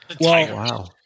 Wow